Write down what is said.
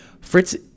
fritz